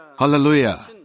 Hallelujah